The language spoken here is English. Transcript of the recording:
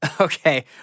Okay